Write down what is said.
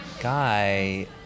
guy